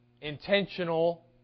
intentional